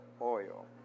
oil